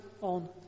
on